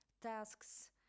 tasks